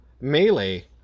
melee